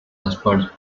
oxford